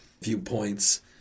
viewpoints